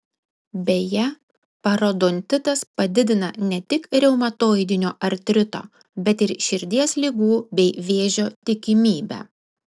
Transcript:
beje parodontitas padidina ne tik reumatoidinio artrito bet ir širdies ligų bei vėžio tikimybę